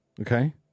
Okay